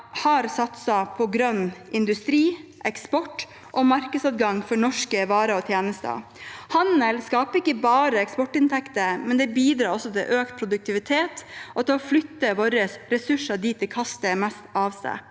har satset på grønn industri, eksport og markedsadgang for norske varer og tjenester. Handel skaper ikke bare eksportinntekter, men det bidrar også til økt produktivitet og til å flytte våre ressurser dit de kaster mest av seg.